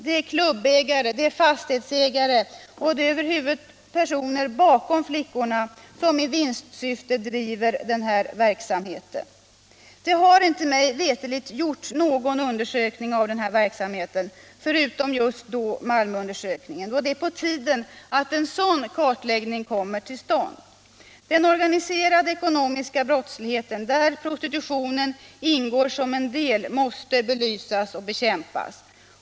Det är klubbägare, fastighetsägare och över huvud personer bakom flickorna som i vinstsyfte driver den här verksamheten. Det har mig veterligt inte gjorts någon undersökning av denna verksamhet förutom just Malmöundersökningen, och det är på tiden att en sådan kartläggning kommer till stånd. Den organiserade ekonomiska brottsligheten, där prostitutionen ingår som en del, måste belysas och bekämpas.